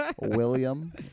William